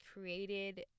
created